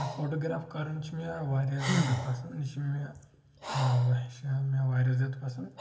photograph کرُن چھُ مےٚ واریاہ زیادٕ پسنٛد یہِ چھُ مےٚ آ مےٚ واریاہ زیادٕ پسنٛد